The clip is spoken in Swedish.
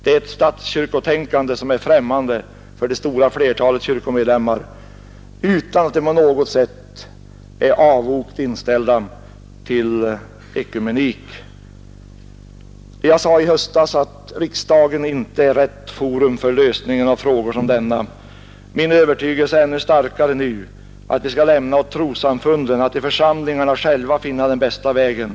Det är ett statskyrkotänkande som är främmande för det stora flertalet kyrkomedlemmar — utan att man därför på något sätt är avogt inställd till ekumenik. Jag sade i höstas att riksdagen inte är rätt forum för lösningen av frågor av denna art, och min övertygelse är ännu starkare nu. Vi skall överlämna åt trossamfunden själva att i församlingarna finna den bästa vägen.